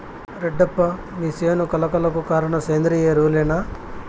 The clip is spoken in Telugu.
రెడ్డప్ప మీ సేను కళ కళకు కారణం సేంద్రీయ ఎరువులేనా